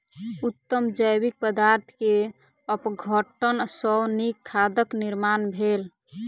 उत्तम जैविक पदार्थ के अपघटन सॅ नीक खादक निर्माण भेल